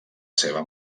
seva